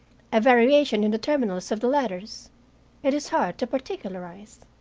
a variation in the terminals of the letters it is hard to particularize.